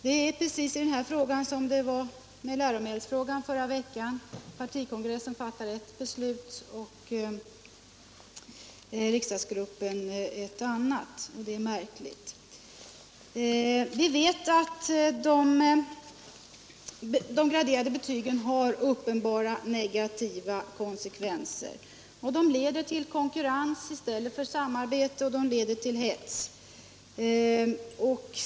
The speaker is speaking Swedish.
Det är i denna fråga som det var med läromedelsfrågan förra veckan: partikongressen fattade ett beslut och riksdagsgruppen ett annat. Det är märkligt. Vi vet att de graderade betygen har uppenbara negativa konsekvenser. De leder till konkurrens i stället för samarbete, och de leder till hets.